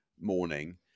morning